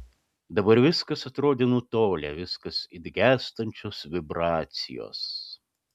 dabar viskas atrodė nutolę viskas it gęstančios vibracijos